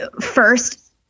first